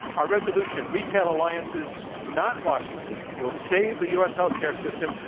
our resolution, retail alliances not washington will save the u. s. health care system.